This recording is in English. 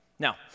Now